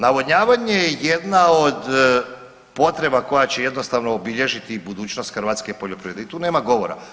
Navodnjavanje je jedna od potreba koja će jednostavno obilježiti budućnost hrvatske poljoprivrede, i tu nema govora.